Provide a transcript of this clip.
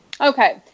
Okay